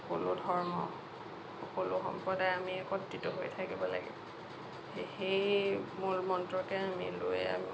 সকলো ধৰ্ম সকলো সম্প্ৰদায় আমি একত্ৰিত হৈ থাকিব লাগে সেই মূলমন্ত্ৰকে আমি লৈ আৰু